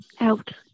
out